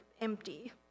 empty